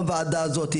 על החוויה שלו.